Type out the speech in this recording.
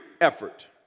effort